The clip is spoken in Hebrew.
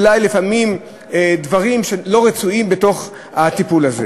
אולי לפעמים דברים שהם לא רצויים בתוך הטיפול הזה.